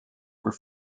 were